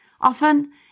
Often